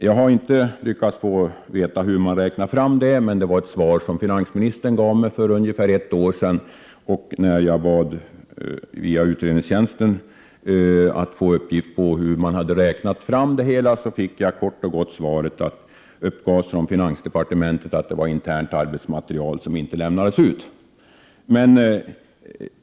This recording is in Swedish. Jag har inte lyckats få veta hur man har räknat fram det, men jag fick detta som svar av finansministern för ungefär ett år sedan. När jag via utredningstjänsten ville veta hur man hade räknat fram det hela, fick jag kort och gott svaret att det uppgavs från finansdepartementet att det handlade om internt arbetsmaterial som inte lämnades ut.